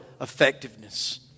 effectiveness